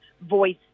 voice